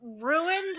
ruined